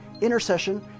intercession